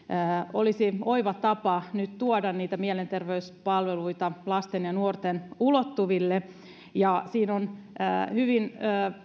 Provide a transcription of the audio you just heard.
olisi oiva tapa nyt tuoda niitä mielenterveyspalveluita lasten ja nuorten ulottuville ja siinä on hyvin